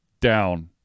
down